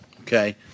Okay